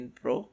pro